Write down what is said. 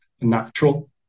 natural